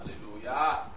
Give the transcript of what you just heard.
Hallelujah